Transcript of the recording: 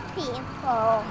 people